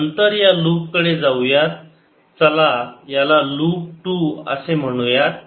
नंतर या लुप कडे जाऊयात चला याला लूप 2 असे म्हणूयात